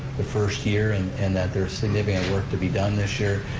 the first year and and that there's significant work to be done this year.